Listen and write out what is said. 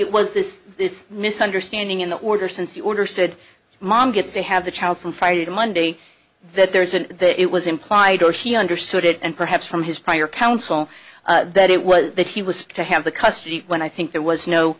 it was this this misunderstanding in the order since the order said mom gets to have the child from friday to monday that there's an it was implied or he understood it and perhaps from his prior counsel that it was that he was to have the custody when i think there was no